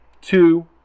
Two